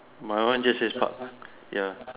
my one just says part ya